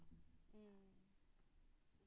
mm